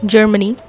Germany